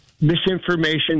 misinformation